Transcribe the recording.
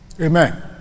Amen